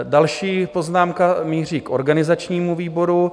Další poznámka míří k organizačnímu výboru.